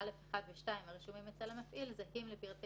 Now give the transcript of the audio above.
"פעולה במערכת